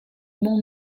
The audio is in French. mont